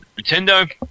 Nintendo